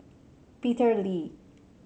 Peter Lee